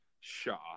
Shah